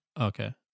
Okay